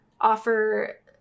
offer